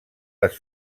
les